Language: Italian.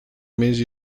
mesi